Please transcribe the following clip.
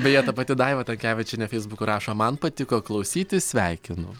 beje ta pati daiva tankevičienė feisbuk rašo man patiko klausytis sveikinu